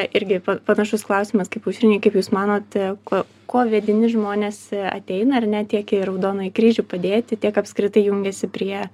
irgi pa panašus klausimas kaip aušrinei kaip jūs manote ko kuo vedini žmonės ateina ar ne tiek į raudonąjį kryžių padėti tiek apskritai jungiasi prie